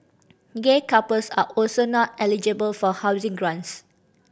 gay couples are also not eligible for housing grants